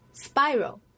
Spiral